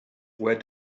where